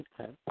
Okay